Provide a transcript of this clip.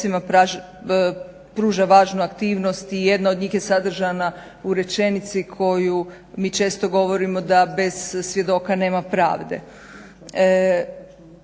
Hvala vam